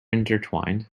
intertwined